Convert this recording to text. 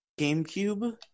GameCube